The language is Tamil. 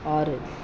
ஆறு